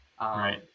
Right